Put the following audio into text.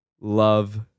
love